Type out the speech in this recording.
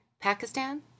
Pakistan